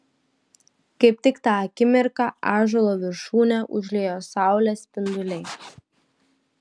kaip tik tą akimirką ąžuolo viršūnę užliejo saulės spinduliai